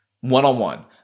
one-on-one